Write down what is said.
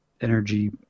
energy